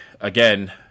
again